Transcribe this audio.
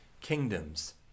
kingdoms